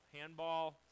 handball